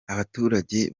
abaturage